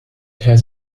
has